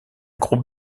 groupe